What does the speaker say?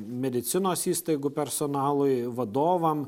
medicinos įstaigų personalui vadovam